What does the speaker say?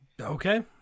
okay